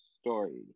story